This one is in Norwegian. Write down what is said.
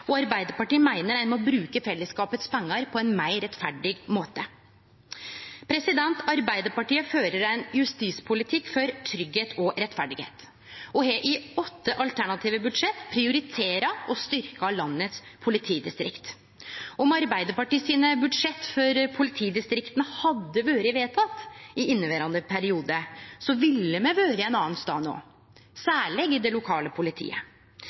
og Arbeidarpartiet meiner ein må bruke fellesskapets pengar på ein meir rettferdig måte. Arbeidarpartiet fører ein justispolitikk for tryggleik og rettferd og har i åtte alternative budsjett prioritert å styrkje politidistrikta i landet. Om Arbeidarpartiet sine budsjett for politidistrikta hadde vore vedtekne i inneverande periode, ville me vore ein annan stad no, særleg i det lokale politiet.